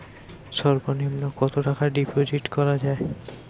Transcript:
সর্ব নিম্ন কতটাকা ডিপোজিট করা য়ায়?